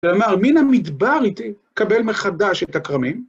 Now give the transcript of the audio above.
‫כלומר, מין המדבר ‫התקבל מחדש את הכרמים?